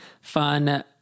fun